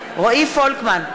בעד רועי פולקמן,